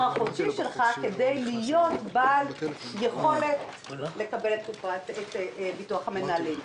החודשי שלך כדי להיות בעל יכולת לקבל את ביטוח המנהלים,